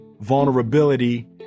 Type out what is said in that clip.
vulnerability